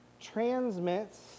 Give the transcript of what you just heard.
transmits